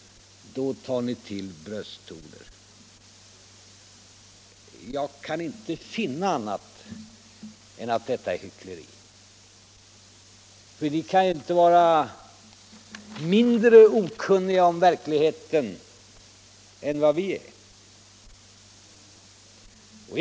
Då tar ni till brösttoner. Jag kan inte finna annat än att detta är hyckleri. Ni kan inte vara mindre okunniga om verkligheten än vad vi är.